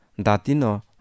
Datino